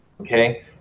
okay